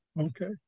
Okay